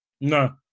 No